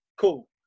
Cool